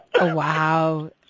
Wow